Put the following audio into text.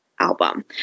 album